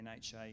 NHA